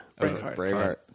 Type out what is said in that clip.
Braveheart